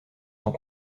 sont